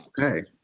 Okay